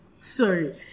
Sorry